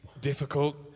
difficult